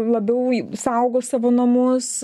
labiau saugo savo namus